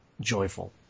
joyful